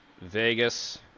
Vegas